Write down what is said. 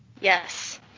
Yes